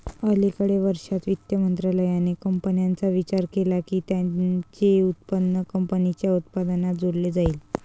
अलिकडे वर्षांत, वित्त मंत्रालयाने कंपन्यांचा विचार केला की त्यांचे उत्पन्न कंपनीच्या उत्पन्नात जोडले जाईल